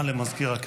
ירושלים,